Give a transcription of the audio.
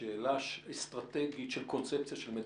ושאלה אסטרטגית של קונספציה של מדינה.